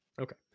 Okay